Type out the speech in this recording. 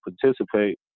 participate